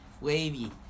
Wavy